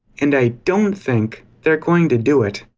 and i don't think they're going to do it.